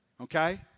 okay